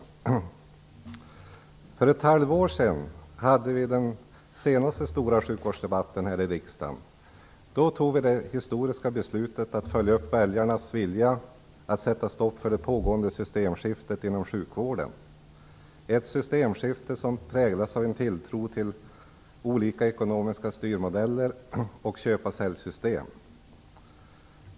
Det är nu ett halvår sedan vi senast hade en stor sjukvårdsdebatt här i riksdagen. Då tog vi det historiska beslutet att följa upp väljarnas vilja att sätta stopp för det pågående systemskiftet inom sjukvården - ett systemskifte som präglas av en tilltro till olika ekonomiska styrmodeller och köp-sälj-system.